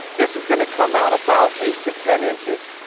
this is going to come out about eight to ten inches.